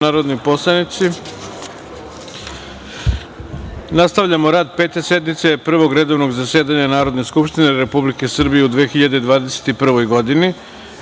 narodni poslanici, nastavljamo rad Pete sednice Prvog redovnog zasedanja Narodne skupštine Republike Srbije u 2021. godini. Na